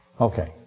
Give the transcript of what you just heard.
Okay